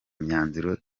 myanzuro